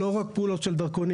לא רק פעולות של דרכונים,